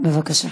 בבקשה.